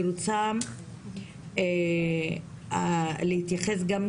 אני רוצה להתייחס גם